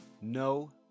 No